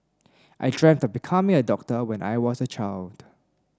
I dreamt of becoming a doctor when I was a child